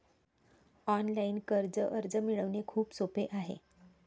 online कर्ज अर्ज मिळवणे खूप सोपे आहे